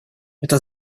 эта